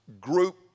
group